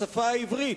בשפה העברית,